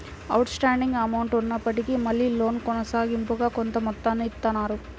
out standing amount ఉన్నప్పటికీ మళ్ళీ loan కొనసాగింపుగా కొంత మొత్తాన్ని ఇత్తన్నారు